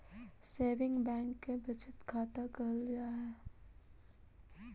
saving bank के बचत खाता कहल जा हइ